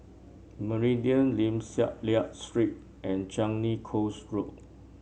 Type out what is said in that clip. Meridian Lim Liak Street and Changi Coast Road